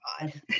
god